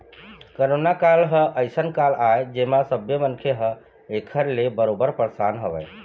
corona काल ह अइसन काल आय जेमा सब्बे मनखे ह ऐखर ले बरोबर परसान हवय